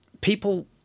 people